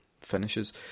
finishes